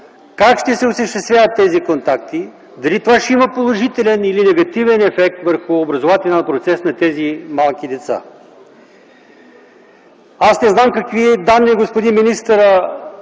как ще се осъществяват тези контакти, дали това ще има положителен или негативен ефект върху образователния процес на тези малки деца? Аз не знам какви данни, господин министърът,